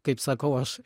kaip sakau aš